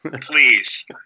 please